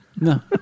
no